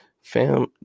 fam